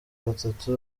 gatatu